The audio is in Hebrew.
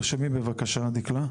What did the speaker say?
תרשמי בבקשה.